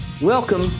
Welcome